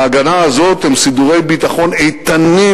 ההגנה הזאת היא סידורי ביטחון איתנים,